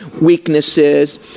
weaknesses